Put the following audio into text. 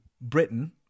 britain